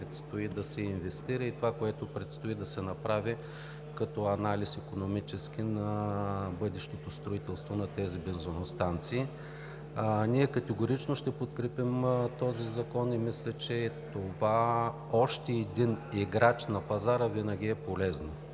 предстои да се инвестира, и това, което предстои да се направи като икономически анализ на бъдещото строителство на тези бензиностанции. Ние категорично ще подкрепим този закон и мисля, че още един играч на пазара винаги е полезно.